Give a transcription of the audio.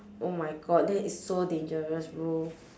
oh my god that is so dangerous bro